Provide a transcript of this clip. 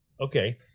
okay